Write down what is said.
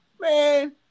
man